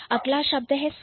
अगला शब्द है Skyblue